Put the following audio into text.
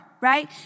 right